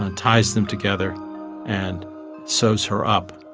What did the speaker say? and ties them together and sews her up.